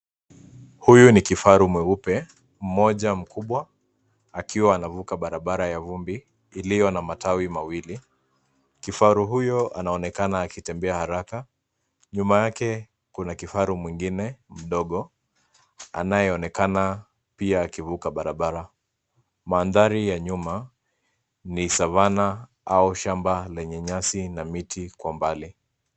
Huyu ni kifaru mweupe mmoja mkubwa akiwa anavuka barabara ya vumbi iliyo na matawi mawili. Kifaru huyo anaonekana akitembea haraka. Nyuma yake kuna kifaru mwingine mdogo anayeonekana pia akivuka barabara. Mandhari ya nyuma ni savana au shamba lenye nyasi na miti kwa mbali.